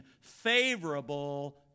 favorable